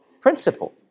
principle